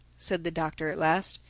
said the doctor at last.